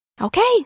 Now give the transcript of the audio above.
Okay